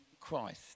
Christ